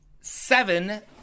seven